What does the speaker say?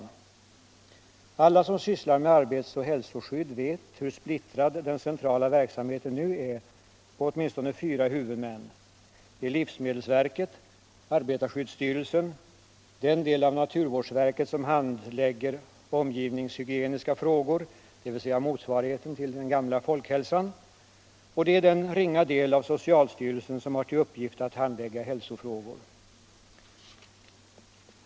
Alla som sysslar med arbetsoch hälsoskydd vet hur splittrad den centrala verksamheten nu är på åtminstone fyra huvudmän, nämligen livsmedelsverket, arbetarskyddsstyrelsen, den del av naturvårdsverket som handlägger omgivningshygieniska frågor — dvs. motsvarigheten till gamla ”folkhälsan” — och den ringa del av socialstyrelsen som har till uppgift att handlägga hälsofrågor.